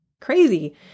Crazy